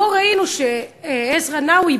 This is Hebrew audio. שבו ראינו שעזרא נאווי,